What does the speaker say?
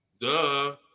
Duh